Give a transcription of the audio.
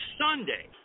Sunday